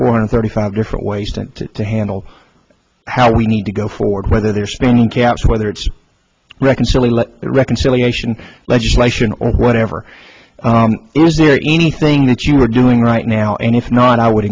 four hundred thirty five different ways to handle how we need to go forward whether they're spending caps whether it's reckoned silly let the reconciliation legislation or whatever is there anything that you are doing right now and if not i would